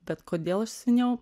bet kodėl aš seniau